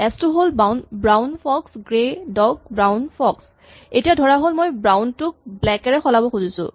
S টো হ'ল "brown fox grey dog brown fox" এতিয়া ধৰাহ'ল মই "ব্ৰাউন" টোক "ব্লেক" এৰে সলাব খুজিছোঁ